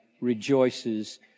rejoices